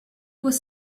was